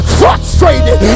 frustrated